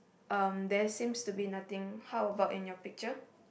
um there seems to be nothing how about in your picture